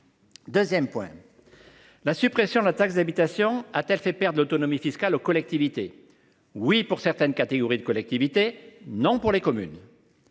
Deuxièmement, la suppression de la taxe d’habitation a-t-elle fait perdre de l’autonomie fiscale aux collectivités ? Oui pour certaines catégories de collectivités ; non pour les communes,